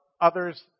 others